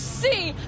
See